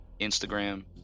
Instagram